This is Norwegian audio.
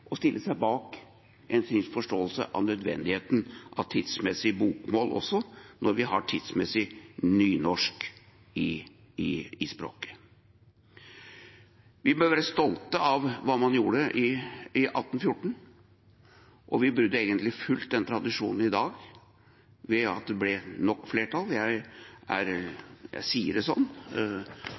å stille seg bak en slik forståelse av nødvendigheten av tidsmessig bokmål når vi har et tidsmessig nynorsk. Vi bør være stolte av hva man gjorde i 1814, og vi burde fulgt den tradisjonen i dag ved at det ble stort nok flertall. Det er ikke ofte man sier sånt fra Stortingets talerstol, men jeg er litt lei meg for at det